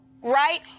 right